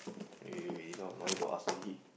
wait wait wait this one no need to ask already